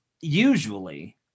Usually